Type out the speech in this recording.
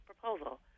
proposal